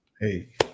Hey